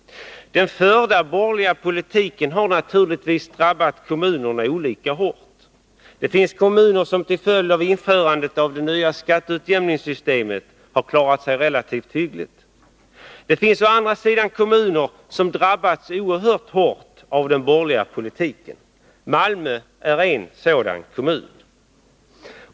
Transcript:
Den förda borgerliga politiken har naturligtvis drabbat kommunerna olika hårt. Det finns kommuner som till följd av införandet av det nya skatteutjämningssystemet har klarat sig relativt hyggligt. Det finns å andra sidan kommuner som drabbats oerhört hårt av den borgerliga politiken. Malmö är en sådan kommun.